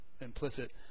implicit